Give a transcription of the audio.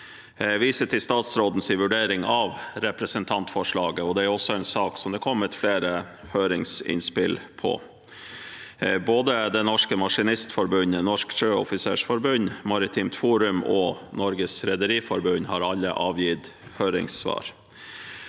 Jeg viser til statsrådens vurdering av representantforslaget, og det er også en sak som det er kommet flere høringsinnspill til. Både Det norske Maskinistforbund, Norsk Sjøoffisersforbund, Maritimt Forum og Norges Rederiforbund har avgitt høringssvar.